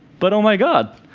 but oh my god,